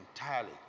entirely